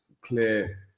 clear